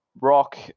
Rock